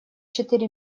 четыре